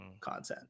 content